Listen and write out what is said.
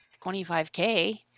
25k